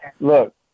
look